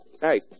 hey